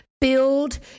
build